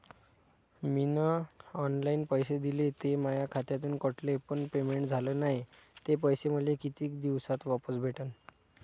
मीन online पैसे दिले, ते माया खात्यातून कटले, पण पेमेंट झाल नायं, ते पैसे मले कितीक दिवसात वापस भेटन?